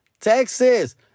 Texas